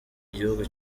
gihugu